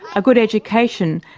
a good education,